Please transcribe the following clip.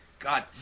God